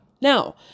Now